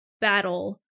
battle